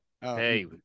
Hey